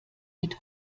mit